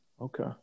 Okay